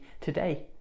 today